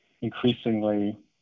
increasingly